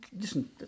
listen